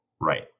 Right